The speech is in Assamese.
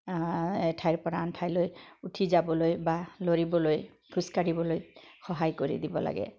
এঠাইৰ পৰা আন ঠাইলৈ উঠি যাবলৈ বা লৰিবলৈ খোজকাঢ়িবলৈ সহায় কৰি দিব লাগে